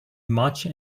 much